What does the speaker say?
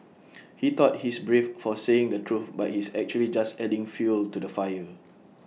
he thought he's brave for saying the truth but he's actually just adding fuel to the fire